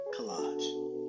collage